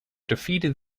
defeated